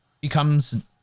becomes